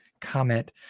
comment